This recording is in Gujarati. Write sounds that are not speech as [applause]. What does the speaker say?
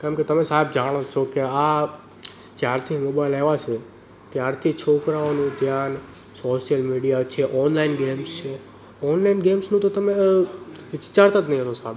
કેમ કે તમે સાહેબ જાણો જ છો કે આ જ્યારથી મોબાઈલ આવ્યા છે ત્યારથી છોકરાઓનું ધ્યાન સોસિયલ મીડિયા છે ઓનલાઈન ગેમ્સ છે ઓનલાઈન ગેમ્સનું તો તમે [unintelligible] જ નહીં હોય તો સારું